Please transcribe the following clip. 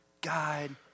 guide